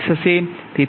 તેથી મેટ્રિક્સ 1